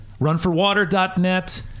runforwater.net